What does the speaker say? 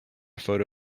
photo